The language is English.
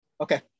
Okay